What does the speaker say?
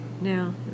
No